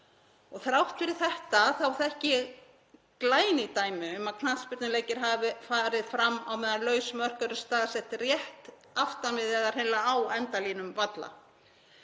Þrátt fyrir þetta þá þekki ég glæný dæmi um að knattspyrnuleikir hafi farið fram á meðan laus mörk eru staðsett rétt aftan við eða hreinlega á endalínum valla.